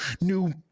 new